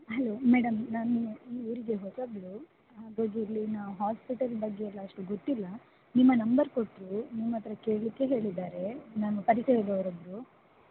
hello madam ನಾನು ಈ ಊರಿಗೆ ಹೊಸಬಳು ಹಾಗಾಗಿ ಇಲ್ಲಿನ ಹಾಸ್ಪಿಟಲ್ ಬಗ್ಗೆ ಎಲ್ಲ ಅಷ್ಟು ಗೊತ್ತಿಲ್ಲ ನಿಮ್ಮ ನಂಬರ್ ಕೊಟ್ಟರು ನಿಮ್ಮ ಹತ್ರ ಕೇಳಲಿಕ್ಕೆ ಹೇಳಿದ್ದಾರೆ ನನ್ನ ಪರಿಚಯದವರೊಬ್ಬರು